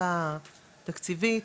בדיקה תקציבית,